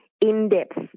in-depth